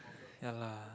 ya lah